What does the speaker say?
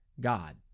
God